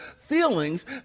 feelings